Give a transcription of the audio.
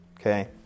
okay